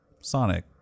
Sonic